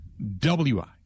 WI